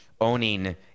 owning